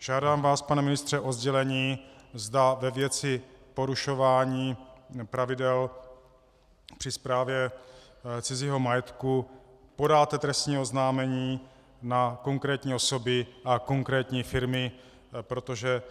Žádám vás, pane ministře, o sdělení, zda ve věci porušování pravidel při správě cizího majetku podáte trestní oznámení na konkrétní osoby a konkrétní firmy, protože